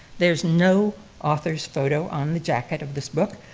there's no author's photo on the jacket of this book,